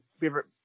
favorite